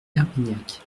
herbignac